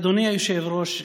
אדוני היושב-ראש,